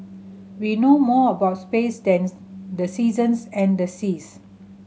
we know more about space than the seasons and the seas